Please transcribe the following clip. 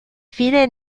file